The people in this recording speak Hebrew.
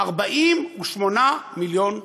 48 מיליון שקל.